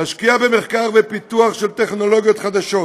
להשקיע במחקר ופיתוח של טכנולוגיות חדשות,